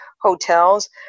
hotels